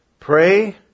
Pray